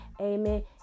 Amen